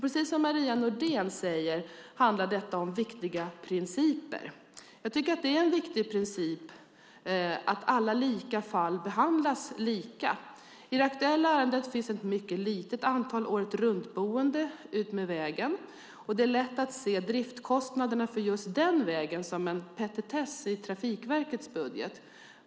Precis som Maria Nordén säger handlar detta om viktiga principer. Jag tycker att en viktig princip är att lika fall behandlas lika. I det aktuella ärendet finns ett mycket litet antal åretruntboende utmed vägen, och det är lätt att se driftskostnaderna för just den vägen som en petitess i Trafikverkets budget.